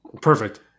Perfect